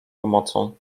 pomocą